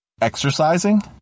exercising